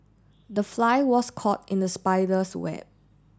the fly was caught in the spider's web